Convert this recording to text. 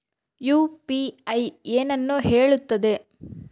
UPI ಏನನ್ನು ಹೇಳುತ್ತದೆ?